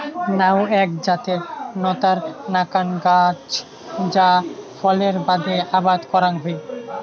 নাউ এ্যাক জাতের নতার নাকান গছ যা ফলের বাদে আবাদ করাং হই